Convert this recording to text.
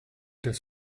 das